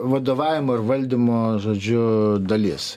vadovavimo ir valdymo žodžiu dalis